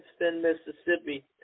Mississippi